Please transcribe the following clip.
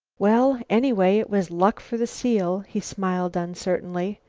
well, anyway it was luck for the seal, he smiled uncertainly.